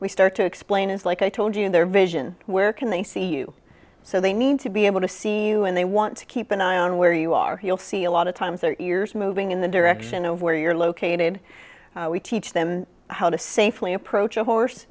we start to explain is like i told you their vision where can they see you so they need to be able to see you and they want to keep an eye on where you are you'll see a lot of times their ears moving in the direction of where you're located we teach them how to safely approach a horse